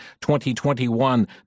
2021